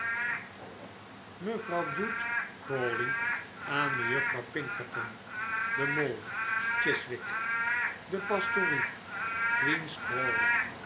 mevrouw bute crawley aan mejuffrouw pinkerton de mall chiswick de pastorie queen's